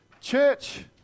Church